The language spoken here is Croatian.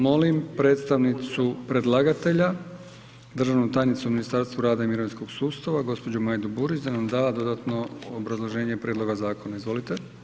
Molim predstavnicu predlagatelja državnu tajnicu u Ministarstvu rada i mirovinskog sustava gđu. Majdu Burić da nam da dodatno obrazloženje prijedloga zakona, izvolite.